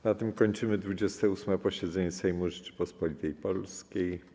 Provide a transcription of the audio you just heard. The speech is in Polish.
Na tym kończymy 28. posiedzenie Sejmu Rzeczypospolitej Polskiej.